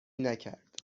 نکرد